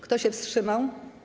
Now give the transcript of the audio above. Kto się wstrzymał?